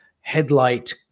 headlight